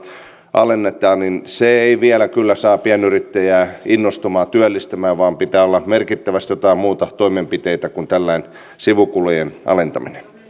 alennetaan niin se ei vielä kyllä saa pienyrittäjää innostumaan työllistämään vaan pitää olla merkittävästi jotain muita toimenpiteitä kuin tällainen sivukulujen alentaminen